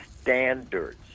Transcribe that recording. standards